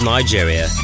Nigeria